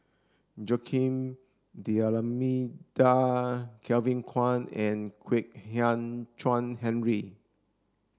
Joaquim D'almeida Kevin Kwan and Kwek Hian Chuan Henry